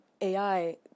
AI